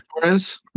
Torres